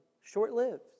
short-lived